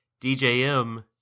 DJM